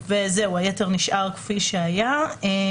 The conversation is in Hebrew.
היתר נשאר כפי שהיה.